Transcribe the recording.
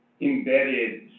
embedded